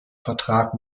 vertrag